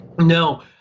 No